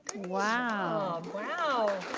wow. wow.